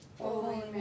Holy